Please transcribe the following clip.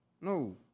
No